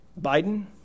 Biden